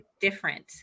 different